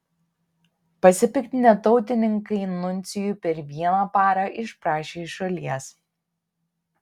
pasipiktinę tautininkai nuncijų per vieną parą išprašė iš šalies